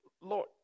Lord